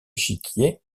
échiquier